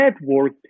network